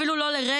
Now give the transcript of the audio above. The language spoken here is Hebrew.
אפילו לא לרגע,